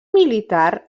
militar